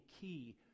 key